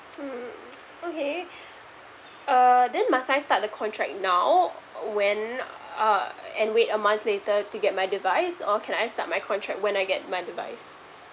mm okay uh then must I start the contract now when uh and wait a month later to get my device or can I start my contract when I get my device